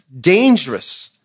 dangerous